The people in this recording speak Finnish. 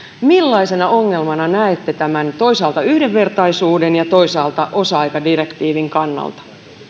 millaisena ongelmana näette tämän toisaalta yhdenvertaisuuden ja toisaalta osa aikadirektiivin kannalta